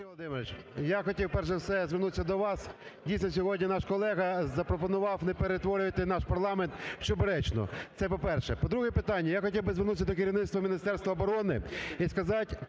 я хотів перш за все звернутися до вас. Дійсно, сьогодні наш колега запропонував: не перетворюйте наш парламент в чебуречну. Це по-перше. Друге питання. Я хотів би звернутися до керівництва Міністерства оборони і сказати